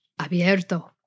abierto